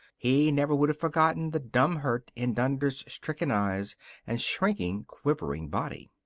he never would have forgotten the dumb hurt in dunder's stricken eyes and shrinking, quivering body.